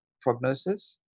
prognosis